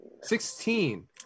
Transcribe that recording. Sixteen